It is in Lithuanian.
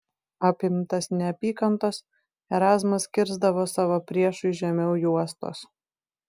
apimtas neapykantos erazmas kirsdavo savo priešui žemiau juostos